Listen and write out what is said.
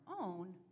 own